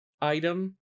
item